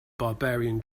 barbarian